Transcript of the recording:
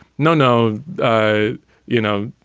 no, no. ah you know,